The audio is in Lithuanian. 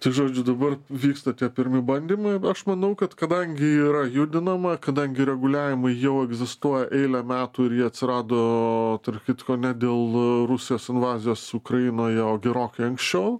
tai žodžiu dabar vyksta tie pirmi bandymai aš manau kad kadangi yra judinama kadangi reguliavimai jau egzistuoja eilę metų ir jie atsirado tarp kitko ne dėl rusijos invazijos ukrainoje o gerokai anksčiau